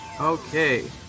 okay